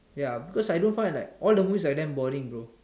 ya because I don't find like all the movies are damn boring bro